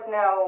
no